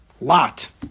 lot